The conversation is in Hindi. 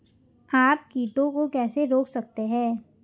आप कीटों को कैसे रोक सकते हैं?